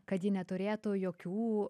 kad ji neturėtų jokių